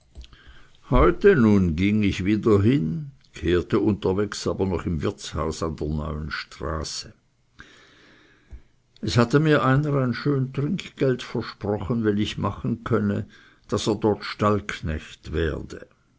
heute nun ging ich wieder hin kehrte unterwegs aber noch ein im wirtshaus an der neuen straße es hatte mir einer ein schön trinkgeld versprochen wenn ich machen könne daß er dort stallknecht werde